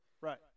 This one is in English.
Right